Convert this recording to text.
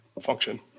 function